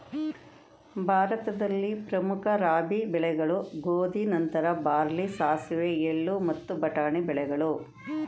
ಭಾರತದಲ್ಲಿ ಪ್ರಮುಖ ರಾಬಿ ಬೆಳೆಗಳು ಗೋಧಿ ನಂತರ ಬಾರ್ಲಿ ಸಾಸಿವೆ ಎಳ್ಳು ಮತ್ತು ಬಟಾಣಿ ಬೆಳೆಗಳು